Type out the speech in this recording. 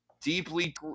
deeply